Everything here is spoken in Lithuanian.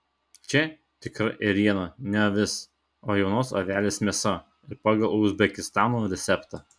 čia tikra ėriena ne avis o jaunos avelės mėsa ir pagal uzbekistano receptą